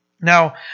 Now